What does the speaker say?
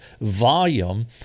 volume